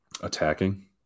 attacking